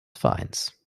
vereins